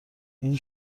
این